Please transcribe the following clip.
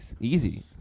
easy